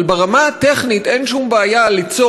אבל ברמה הטכנית אין שום בעיה ליצור